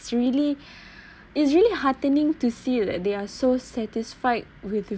it's really it's really heartening to see that they are so satisfied with the